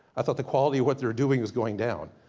i thought the quality, of what they were doing was going down.